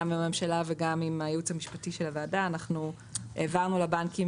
עם הממשלה וגם עם הייעוץ המשפטי של הוועדה אנחנו העברנו לבנקים.